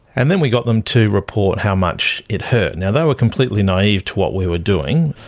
and then we got them to report how much it hurt. and yeah they were completely naive to what we were doing.